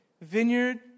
Vineyard